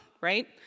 right